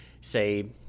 say